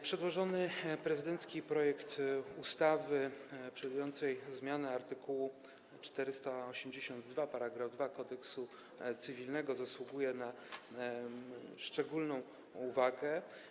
Przedłożony prezydencki projekt ustawy przewidującej zmianę art. 482 § 2 Kodeksu cywilnego zasługuje na szczególną uwagę.